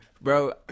Bro